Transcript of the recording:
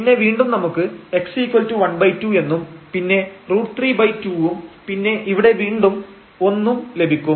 പിന്നെ വീണ്ടും നമുക്ക് x½ എന്നും പിന്നെ √32 ഉം പിന്നെ ഇവിടെ വീണ്ടും 1 ഉം ലഭിക്കും